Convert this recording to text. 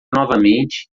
novamente